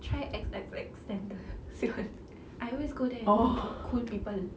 try X X X than the say one I always go there then got cool people